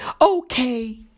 okay